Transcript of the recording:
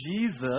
Jesus